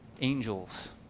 angels